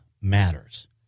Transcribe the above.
matters